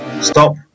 stop